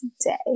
today